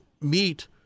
meet